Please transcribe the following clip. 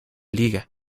liga